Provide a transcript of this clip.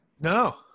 No